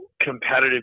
competitive